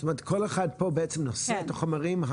זאת אומרת כל אחד פה בעצם נושא את החומרים האלה,